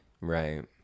Right